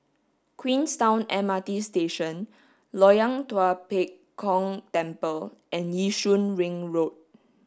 Queenstown M R T Station Loyang Tua Pek Kong Temple and Yishun Ring Road